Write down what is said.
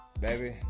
baby